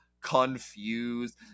confused